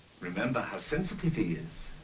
remember how sensitive he is.